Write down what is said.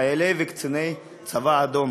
החיילים והקצינים של הצבא האדום.